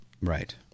right